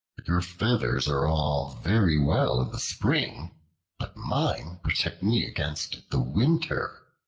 your feathers are all very well in the spring, but mine protect me against the winter.